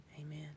Amen